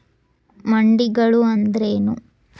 ಮಂಡಿಗಳು ಅಂದ್ರೇನು?